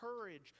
courage